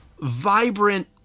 vibrant